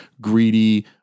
greedy